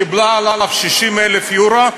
קיבלה עליו 60,000 יורו,